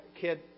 kid